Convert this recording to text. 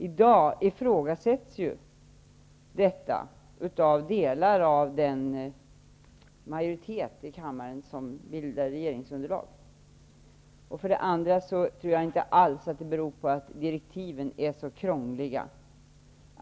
I dag ifrågasätts ju detta av delar av den majoritet i kammaren som bildar regeringsunderlag. Att utredningen nu förhalas tror jag inte alls beror på att direktiven skulle vara så krångliga.